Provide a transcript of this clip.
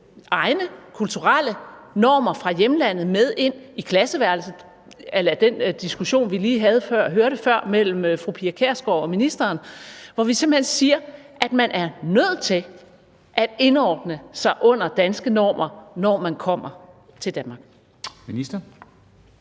egne kulturelle normer fra hjemlandet med ind i klasseværelset a la den diskussion, vi lige hørte før, mellem fru Pia Kjærsgaard og ministeren, hvor vi simpelt hen siger, at man er nødt til at indordne sig under danske normer, når man kommer til Danmark. Kl.